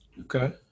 Okay